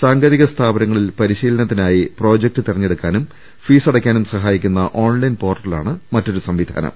സാങ്കേതിക സ്ഥാപനങ്ങളിൽ പരിശീലനത്തിനായി പ്രൊജക്റ്റ് തിര ഞ്ഞെടുക്കാനും ഫീസടയ്ക്കാനും സഹായിക്കുന്ന ഓൺലൈൻ പോർട്ട ലാണ് മറ്റൊരു സംവിധാനം